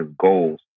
goals